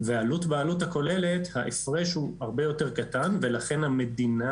והעלות בעלות הכוללת ההפרש הרבה יותר קטן ולכן המדינה